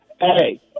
Hey